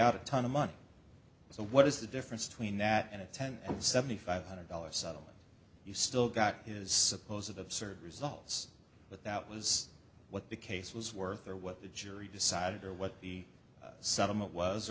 out a ton of money so what is the difference between that and a ten and seventy five hundred dollars settlement you still got his suppose of serve results but that was what the case was worth or what the jury decided or what the settlement was